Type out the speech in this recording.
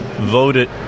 voted